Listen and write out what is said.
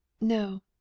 No